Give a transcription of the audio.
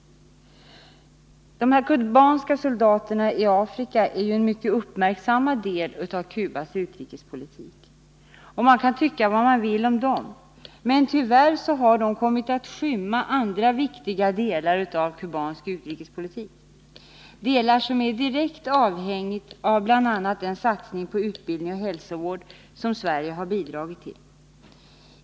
De kubanska soldaterna i Afrika är ett mycket uppmärksammat inslag i Cubas utrikespolitik. Man kan tycka vad man vill om dem, men tyvärr har de kommit att skymma andra viktiga delar av kubansk utrikespolitik — delar som dessutom är direkt avhängiga av bl.a. den satsning på utbildning och hälsovård som Sverige bidragit till.